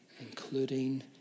including